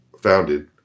founded